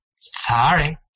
Sorry